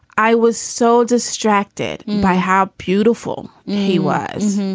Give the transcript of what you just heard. i was so distracted by how beautiful he was.